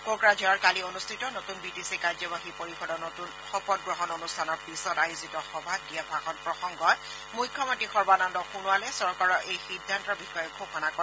কোকৰাঝাৰত কালি অনুষ্ঠিত নতূন বিটিচি কাৰ্যবাহী পৰিষদৰ শপত গ্ৰহণ অনুষ্ঠানৰ পিছত আয়োজিত সভাত দিয়া ভাষণ প্ৰসংগত মুখ্যমন্ত্ৰী সৰ্বানন্দ সোণোৱালে চৰকাৰৰ এই সিদ্ধান্তৰ বিষয়ে ঘোষণা কৰে